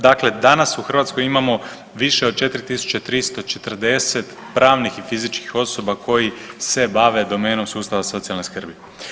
Dakle, danas u Hrvatskoj imamo više od 4340 pravnih i fizičkih osoba koji se bave domenom sustava socijalne skrbi.